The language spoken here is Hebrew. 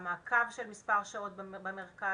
המעקב של מספר שעות במרפאה,